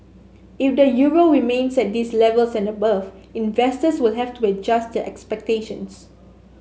if the euro remains at these levels and above investors will have to adjust their expectations